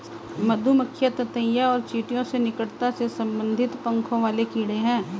मधुमक्खियां ततैया और चींटियों से निकटता से संबंधित पंखों वाले कीड़े हैं